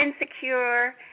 insecure